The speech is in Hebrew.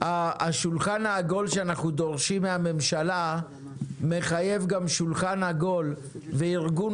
השולחן העגול שאנחנו דורשים מהממשלה מחייב גם שולחן עגול וארגון